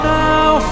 now